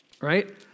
right